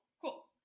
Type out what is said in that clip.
Cool